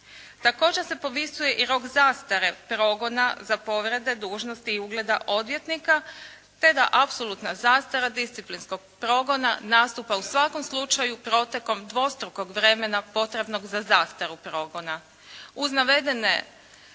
Također se povisuje i rok zastare progona za povrede dužnosti i ugleda odvjetnika te da apsolutno zastara disciplinskog progona nastupa u svakom slučaju protekom dvostrukog vremena potrebno za zastaru progona. Uz navedene